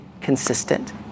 consistent